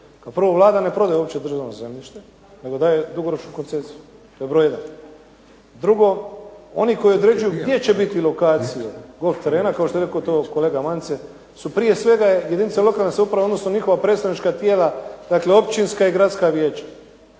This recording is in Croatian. prvo Vlada ne prodaje uopće državno zemljište, nego daje dugoročnu koncesiju. To je broj jedan. Drugo oni koji određuju gdje će biti lokacije golf terena kao što je rekao to kolega Mance, su prije svega jedinice lokalne samouprave u odnosu na njihova predstavnička tijela, dakle općinska i gradska vijeća,